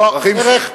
לא, "דרך"